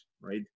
right